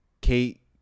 Kate